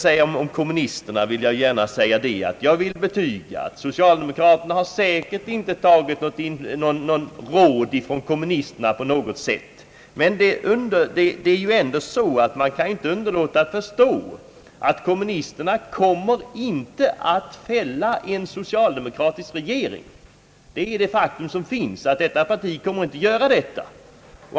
Vad kommunisterna beträffar vill jag gärna säga, att socialdemokraterna säkert inte tagit något råd från kommunisterna på något sätt, men man kan inte underlåta att förstå, att kommunisterna inte kommer att fälla en socialdemokratisk regering. Det är ett faktum att detta parti inte kommer att göra det.